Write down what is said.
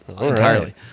entirely